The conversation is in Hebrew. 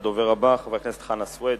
הדובר הבא, חבר הכנסת חנא סוייד,